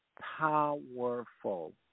powerful